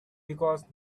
because